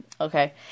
Okay